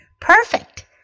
Perfect